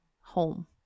home